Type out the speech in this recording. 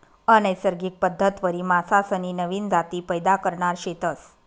अनैसर्गिक पद्धतवरी मासासनी नवीन जाती पैदा करणार शेतस